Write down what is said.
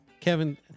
Kevin